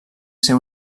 ser